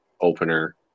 opener